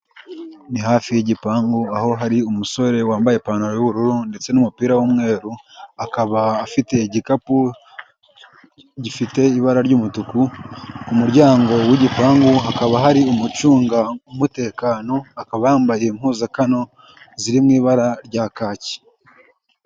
Ni hafi y'igipangu aho hari umusore wambaye ipantaro y'ubururu ndetse n'umupira w'umweru akaba afite igikapu gifite ibara ry'umutuku, ku muryango w'igipangu hakaba hari umucungamutekano, akaba yambaye impuzankano ziri mu ibara rya kaki.